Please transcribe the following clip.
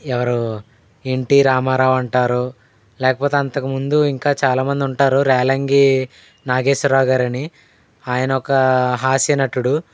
ఎవరు ఎన్టీ రామారావు అంటారు లేకపోతే అంతకుముందు ఇంకా చాలా మంది ఉంటారు రేలంగి నాగేశ్వరరావు గారని ఆయన ఒక హాస్యనటుడు